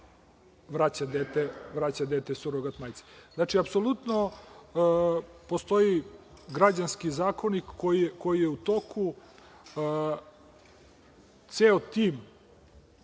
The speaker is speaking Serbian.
vraća dete surogat majci. Znači, apsolutno postoji građanski zakonik koji je u toku, ceo tim